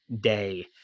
day